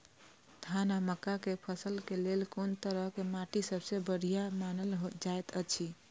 धान आ मक्का के फसल के लेल कुन तरह के माटी सबसे बढ़िया मानल जाऐत अछि?